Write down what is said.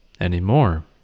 anymore